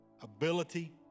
ability